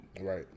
Right